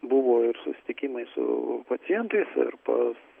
buvo ir susitikimai su pacientais ir pas